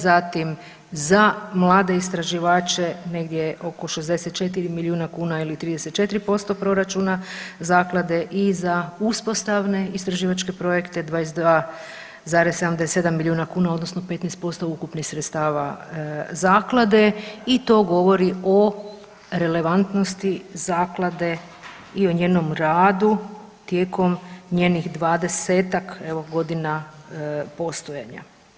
Zatim za mlade istraživače negdje oko 64 milijuna kuna ili 34% proračuna zaklade i za uspostavne istraživačke projekte 22,77 milijuna kuna odnosno 15% ukupnih sredstava zaklade i to govori o relevantnosti zaklade i o njenom radu tijekom njenih 20-ak godina postojanja.